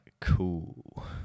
cool